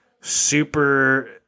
super